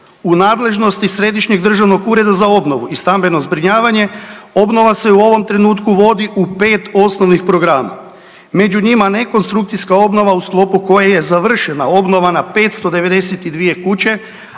U nadležnosti Središnjeg državnog ureda za obnovu i stambeno zbrinjavanje obnova se u ovom trenutku vodi u 5 osnovnih programa. Među njima ne konstrukcijska obnova u sklopu koje je završena obnova na 592 kuće,